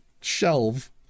shelve